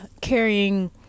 carrying